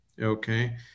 okay